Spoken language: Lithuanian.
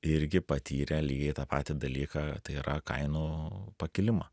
irgi patyrė lygiai tą patį dalyką tai yra kainų pakilimą